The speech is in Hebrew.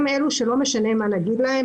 הם אלה שלא משנה מה נגיד להם,